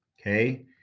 Okay